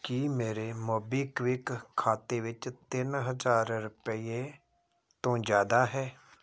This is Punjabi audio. ਕੀ ਮੇਰੇ ਮੋਬੀਕਵਿਕ ਖਾਤੇ ਵਿੱਚ ਤਿੰਨ ਹਜ਼ਾਰ ਰੁਪਈਏ ਤੋਂ ਜ਼ਿਆਦਾ ਹੈ